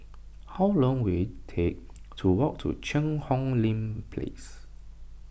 how long will it take to walk to Cheang Hong Lim Place